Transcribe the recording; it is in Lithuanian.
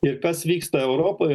ir kas vyksta europoj